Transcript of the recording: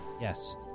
Yes